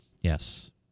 Yes